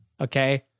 okay